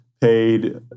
paid